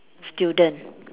student